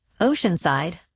Oceanside